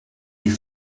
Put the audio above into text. die